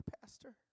Pastor